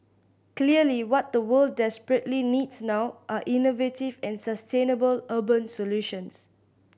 clearly what the world desperately needs now are innovative and sustainable urban solutions